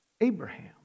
Abraham